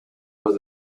was